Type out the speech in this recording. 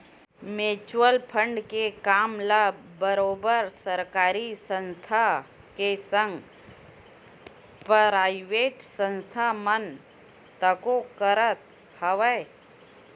mutual fund के काम ल बरोबर सरकारी संस्था के संग पराइवेट संस्था मन तको करत हवय